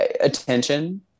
Attention